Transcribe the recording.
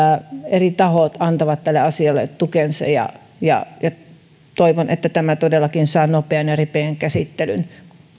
eri tahot antavat tälle asialle tukensa toivon että tämä todellakin saa nopean ja ripeän käsittelyn